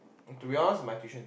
to be honest is my tuition